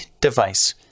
device